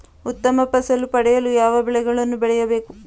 ಉತ್ತಮ ಫಸಲು ಪಡೆಯಲು ಯಾವ ಬೆಳೆಗಳನ್ನು ಬೆಳೆಯಬೇಕು?